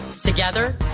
Together